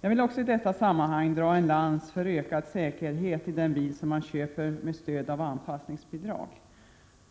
Jag vill också i detta sammanhang dra en lans för ökad säkerhet i den bil som man köper med stöd av anpassningsbidrag.